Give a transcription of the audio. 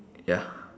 ya